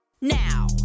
now